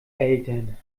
eltern